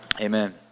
Amen